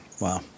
Wow